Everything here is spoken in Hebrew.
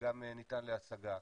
וגם ניתן להשגה.